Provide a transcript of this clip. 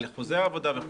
על חוזה העבודה וכולי.